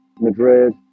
Madrid